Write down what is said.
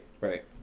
Right